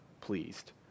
pleased